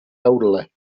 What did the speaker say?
elderly